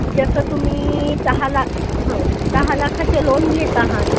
जसं तुम्ही दहा लाख हो दहा लाखाचे लोन घेत आहात